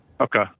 Okay